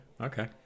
Okay